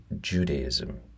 Judaism